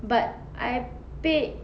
but I paid